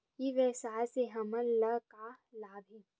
ई व्यवसाय से हमन ला का लाभ हे?